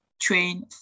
train